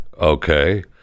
Okay